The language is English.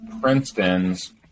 Princeton's